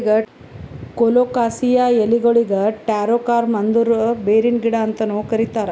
colocasia ಎಲಿಗೊಳಿಗ್ taro corm ಅಂದುರ್ ಬೇರಿನ ಗಿಡ ಅಂತನು ಕರಿತಾರ್